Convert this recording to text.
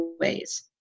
ways